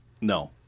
No